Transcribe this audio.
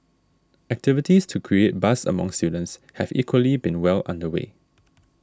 activities to create buzz among students have equally been well under way